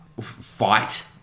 fight